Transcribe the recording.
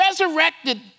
resurrected